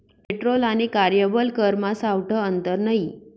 petrol आणि कार्यबल करमा सावठं आंतर नै